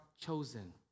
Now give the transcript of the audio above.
chosen